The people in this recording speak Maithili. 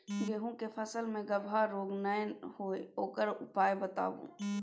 गेहूँ के फसल मे गबहा रोग नय होय ओकर उपाय बताबू?